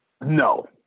no